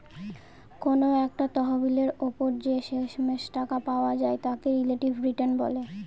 কোনো একটা তহবিলের ওপর যে শেষমেষ টাকা পাওয়া যায় তাকে রিলেটিভ রিটার্ন বলে